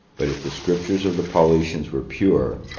but if the scriptures of the paulicians were pure,